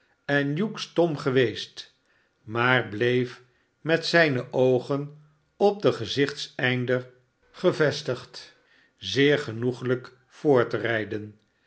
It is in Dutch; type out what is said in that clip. en hugh stom geweest maar bleef met zijne oogen op den gezichteinder gevestigd zeer genoeglijk